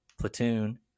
Platoon